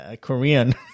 Korean